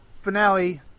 finale